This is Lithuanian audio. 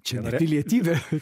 čia ne pilietybė